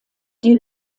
die